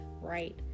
right